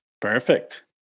Perfect